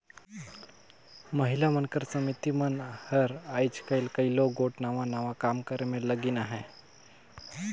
महिला मन कर समिति मन हर आएज काएल कइयो गोट नावा नावा काम करे में लगिन अहें